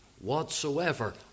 whatsoever